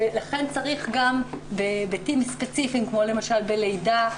לכן צריך גם בהיבטים ספציפיים כמו למשל בלידה,